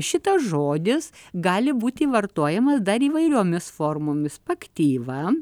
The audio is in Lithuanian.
šitas žodis gali būti vartojamas dar įvairiomis formomis paktyva